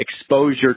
exposure